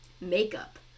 makeup